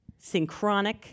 Synchronic